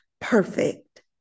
perfect